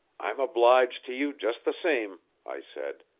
i'm obliged to you just the same, i said.